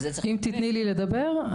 אם תתני לי לדבר,